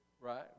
right